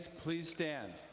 please stand.